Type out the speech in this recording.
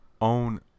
own